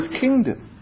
kingdom